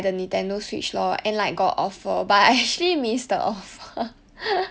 which you need to pay like a twenty to thirty dollar more